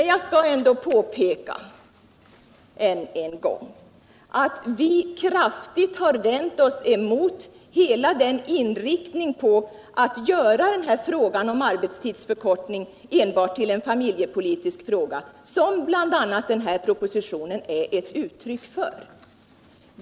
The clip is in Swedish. Jag skall ändå än en gång påpeka att vi kraftigt har vänt oss mot hela inriktningen på att göra denna fråga om arbetstidsförkortning tull enbart en familjepolitisk fråga, vilket bl.a. denna proposition är ett uttryck för.